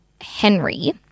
Henry